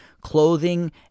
clothing